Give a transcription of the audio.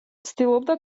ცდილობდა